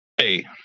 Hey